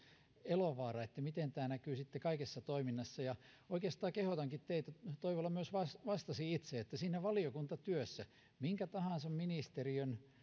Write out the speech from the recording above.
elovaara miten tämä näkyy sitten kaikessa toiminnassa oikeastaan kehotankin teitä toivola myös vastasi vastasi itse että siinä valiokuntatyössä minkä tahansa ministeriön